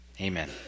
Amen